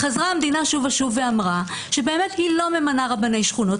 חזרה המדינה שוב ושוב ואמרה שהיא לא ממנה רבני שכונות,